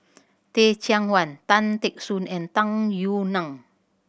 Teh Cheang Wan Tan Teck Soon and Tung Yue Nang